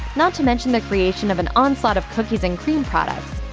not to mention the creation of an onslaught of cookies and cream products.